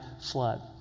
flood